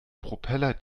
propeller